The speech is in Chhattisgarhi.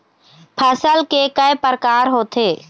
फसल के कय प्रकार होथे?